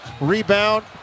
Rebound